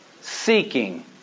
seeking